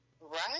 Right